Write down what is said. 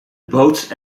boats